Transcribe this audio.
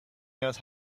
knows